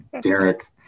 derek